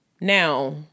Now